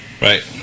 Right